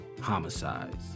homicides